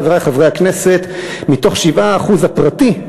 חברי חברי הכנסת: מתוך 7% הפרטית,